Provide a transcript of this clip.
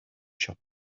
siop